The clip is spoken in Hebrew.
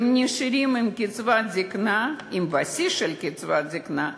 הם נשארים עם קצבת זיקנה עם בסיס של קצבת זיקנה,